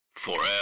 Forever